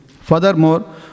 Furthermore